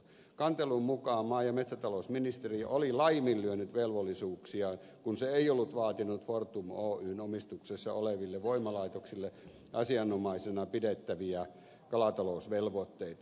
kantelun mukaan maa ja metsätalousministeriö oli laiminlyönyt velvollisuuksiaan kun se ei ollut vaatinut fortum oyn omistuksessa oleville voimalaitoksille asianmukaisena pidettäviä kalatalousvelvoitteita